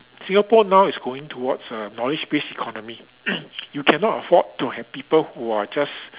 Singapore now is going toward a knowledge based economy you cannot afford to have people who are just